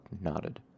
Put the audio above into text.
nodded